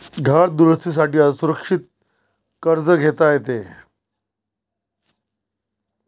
घर दुरुस्ती साठी असुरक्षित कर्ज घेता येते